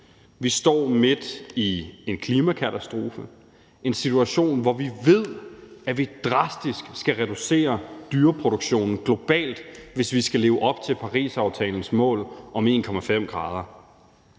Vi står midt i en klimakatastrofe, en situation, hvor vi ved, at vi drastisk skal reducere dyreproduktionen globalt, hvis vi skal leve op til Parisaftalens mål om 1,5 grader.